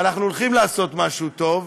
ואנחנו הולכים לעשות משהו טוב,